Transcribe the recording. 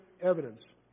evidence